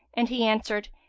and he answered,